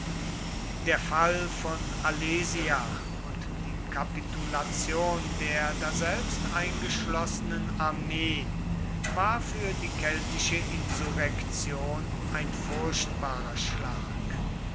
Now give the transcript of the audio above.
der fall von alesia und die kapitulation der daselbst eingeschlossenen armee war für die keltische insurrektion ein furchtbarer schlag